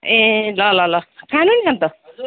ए ल ल ल खानु नि अन्त